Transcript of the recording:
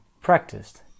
practiced